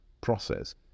process